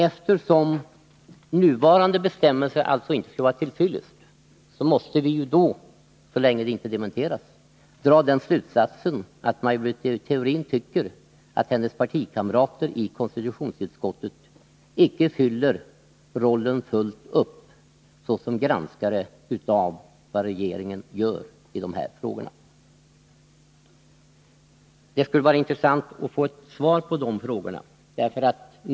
Eftersom de nuvarande bestämmelserna tydligen inte anses vara till fyllest, måste vi — så länge det inte dementeras — dra slutsatsen att Maj Britt Theorin tycker att hennes partikamrater i konstitutionsutskottet icke riktigt klarar rollen som granskare av vad regeringen gör i de här frågorna. Det skulle vara intressant att få svar på de här punkterna.